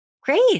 Great